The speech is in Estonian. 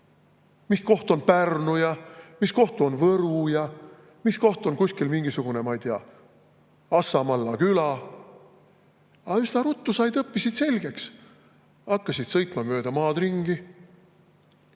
mis koht on Pärnu, mis koht on Võru ja mis koht on kuskil mingisugune Assamalla küla. Aga üsna ruttu õppisid ja said selgeks, hakkasid sõitma mööda maad ringi.